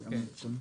כן.